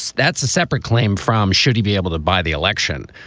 that's a separate claim from should he be able to buy the election.